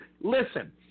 Listen